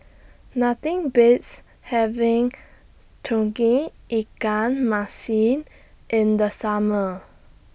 Nothing Beats having Tauge Ikan Masin in The Summer